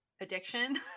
addiction